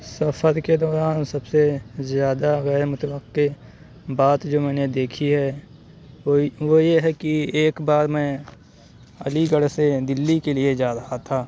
سفر کے دوران سب سے زیادہ غیرمتوقع بات جو میں نے دیکھی ہے وہ وہ یہ ہے کہ ایک بار میں علی گڑھ سے دلّی كے لیے جا رہا تھا